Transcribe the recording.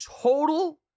total